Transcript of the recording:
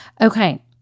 Okay